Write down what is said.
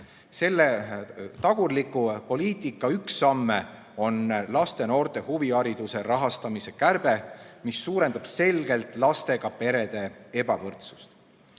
Selle tagurliku poliitika üks samme on laste ja noorte huvihariduse rahastamise kärbe, mis suurendab selgelt lastega perede